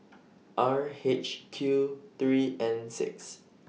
R H Q three N six